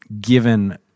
given